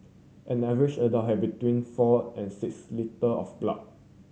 an average adult has between four and six litre of blood